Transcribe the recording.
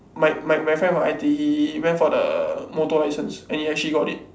my my my friend from I_T_E he went for the motor license and he actually got it